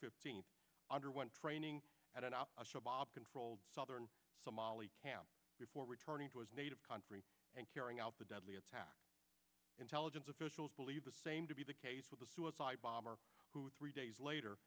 fifteenth underwent training at an a show bob controlled southern somalia camp before returning to his native country and carrying out the deadly attack intelligence officials believe the same to be the case with the suicide bomber who three days later